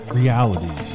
reality